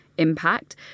Impact